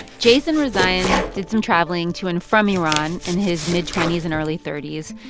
jason rezaian did some traveling to and from iran in his mid twenty s and early thirty s.